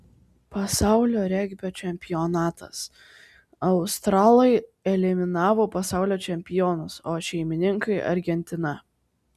pasaulio regbio čempionatas australai eliminavo pasaulio čempionus o šeimininkai argentiną